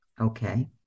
Okay